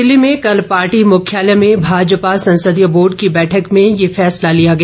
नई दिल्ली में कल पार्टी मुख्यालय में भाजपा संसदीय बोर्ड की बैठक में यह फैसला लिया गया